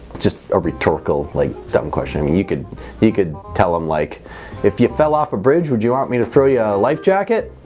just a rhetorical like seven question i mean you could you could tell them like if you fell off a bridge would you want me to throw yeah a life jacket